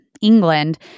England